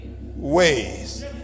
ways